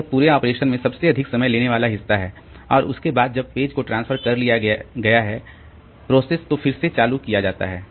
तो यह पूरे ऑपरेशन में सबसे अधिक समय लेने वाला हिस्सा है और उसके बाद जब पेज को ट्रांसफर कर लिया गया है प्रोसेस तो फिर से चालू किया जाता है